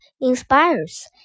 inspires